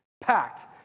packed